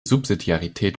subsidiarität